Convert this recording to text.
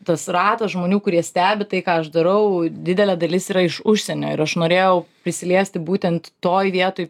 tas ratas žmonių kurie stebi tai ką aš darau didelė dalis yra iš užsienio ir aš norėjau prisiliesti būtent toj vietoj